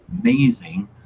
amazing